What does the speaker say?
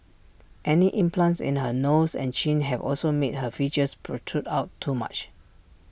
any implants in her nose and chin have also made her features protrude out too much